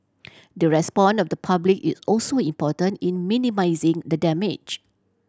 the respond of the public is also important in minimising the damage